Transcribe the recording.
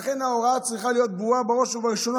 לכן ההוראה צריכה להיות ברורה: בראש ובראשונה,